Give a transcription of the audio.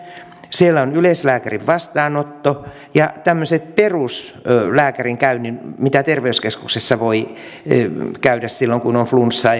siellä on yleislääkärin vastaanotto ja tämmöiset peruslääkärikäynnit mitä terveyskeskuksissa voi tehdä silloin kun on flunssaa